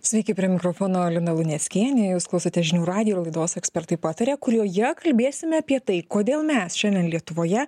sveiki prie mikrofono lina luneckienė jūs klausote žinių radijo laidos ekspertai pataria kurioje kalbėsime apie tai kodėl mes šiandien lietuvoje